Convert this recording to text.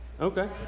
Okay